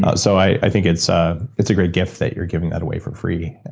ah so i think it's ah it's a great gift that you're giving that away for free,